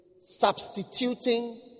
substituting